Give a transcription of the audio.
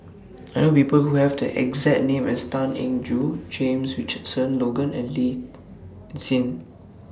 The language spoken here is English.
I know People Who Have The exact name as Tan Eng Joo James Richardson Logan and Lee Tjin